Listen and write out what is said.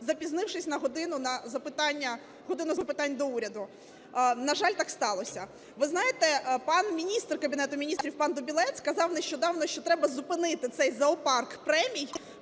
запізнившись на годину на "годину запитань до Уряду". На жаль, так сталося. Ви знаєте, пан Міністр Кабінету Міністрів пан Дубілет сказав нещодавно, що треба зупинити цей "зоопарк" премій